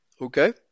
okay